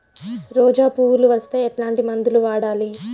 రోజా పువ్వులు వస్తే ఎట్లాంటి మందులు వాడాలి?